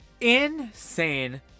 insane